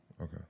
okay